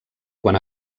quan